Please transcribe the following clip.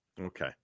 Okay